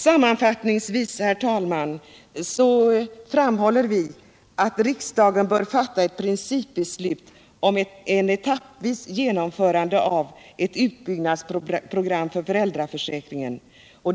Sammanfattningsvis, herr talman, framhåller vi att riksdagen bör fatta ett principbeslut om etappvis genomförande av ett utbyggnadsprogram för föräldraförsäkringen.